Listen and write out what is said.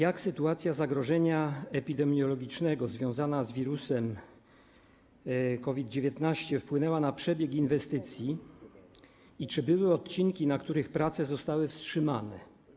Jak sytuacja zagrożenia epidemiologicznego związana z wirusem COVID-19 wpłynęła na przebieg inwestycji i czy były odcinki, na których prace zostały wstrzymane?